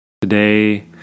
Today